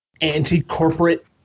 anti-corporate